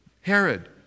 Herod